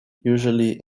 usually